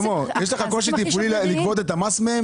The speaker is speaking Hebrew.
שלמה, יש לך קושי תפעולי לגבות מהם את המס?